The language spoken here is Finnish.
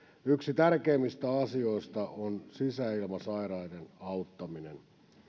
yksi tärkeimmistä asioista on sisäilmasairaiden auttaminen